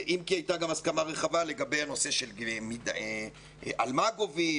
אם כי הייתה גם הסכמה רחבה לגבי על מה גובים,